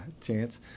chance